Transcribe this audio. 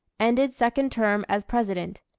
ended second term as president.